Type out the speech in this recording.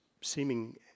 seeming